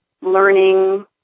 learning